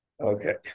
Okay